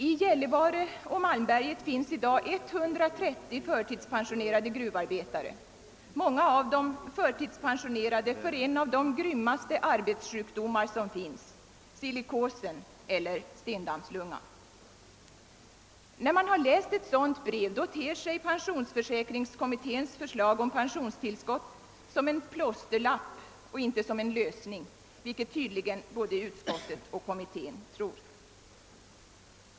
I Gällivare och Malmberget finns i dag 130 förtidspensionerade gruvarbetare, många av dem förtidspensionerade på grund av en av de grymmaste arbetssjukdomar som existerar, silikosen eller sten När man har läst ett sådant brev ter sig pensionsförsäkringskommitténs förslag om pensionstillskott som en plåsterlapp och inte som någon fullständig lösning, vilket tydligen både utskottet och kommittén tror.